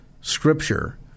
Scripture